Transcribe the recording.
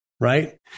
right